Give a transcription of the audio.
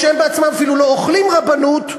שהם בעצמם אפילו לא אוכלים "רבנות",